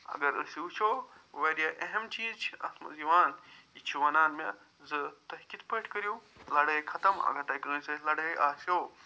اگر أسۍ وٕچھو وارِیاہ اہم چیٖز چھِ اتھ منٛز یِوان یہِ چھُ وَنان مےٚ زٕ تُہۍ کِتھن پٲٹھۍ کٔرِو لڑٲے ختم اگر تُہۍ کٲنٛسہِ سۭتۍ لڑٲے آسیو